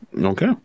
Okay